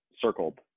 circled